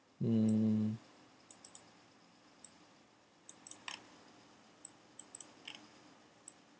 hmm